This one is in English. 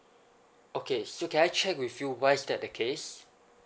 okay so can I check with you why is that the case